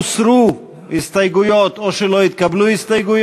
לא התקבלה.